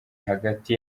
hagati